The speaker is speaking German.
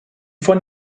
von